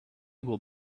will